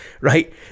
right